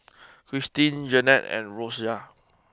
Christeen Janey and Rosia